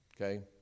okay